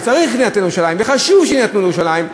וצריך שיינתנו לירושלים וחשוב שיינתנו לירושלים.